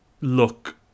look